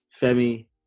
Femi